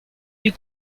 die